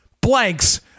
blanks